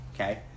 Okay